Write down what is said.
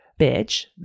bitch